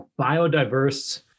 biodiverse